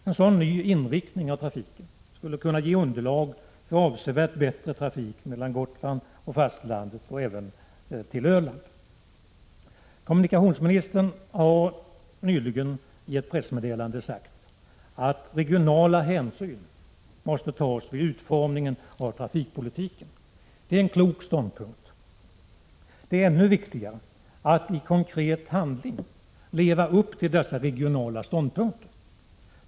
En sådan ny inriktning skulle kunna ge underlag för en avsevärt bättre trafik mellan Gotland och fastlandet och även till Öland. Kommunikationsministern har nyligen i ett pressmeddelande sagt att regionala hänsyn måste tas vid utformningen av trafikpolitiken. Det är en klok ståndpunkt. Det är ännu viktigare att i konkret handling leva upp till sådana ståndpunkter i regionala sammanhang.